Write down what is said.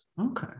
Okay